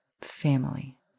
Family